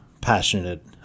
passionate